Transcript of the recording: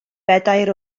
bedair